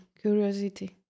curiosity